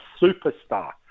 superstar